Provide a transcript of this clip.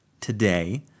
today